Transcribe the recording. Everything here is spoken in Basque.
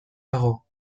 dago